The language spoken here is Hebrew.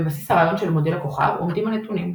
בבסיס הרעיון של "מודל הכוכב" עומדים הנתונים.